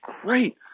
great